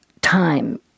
time